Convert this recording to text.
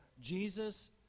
Jesus